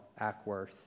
Ackworth